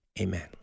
Amen